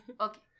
Okay